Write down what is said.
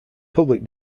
public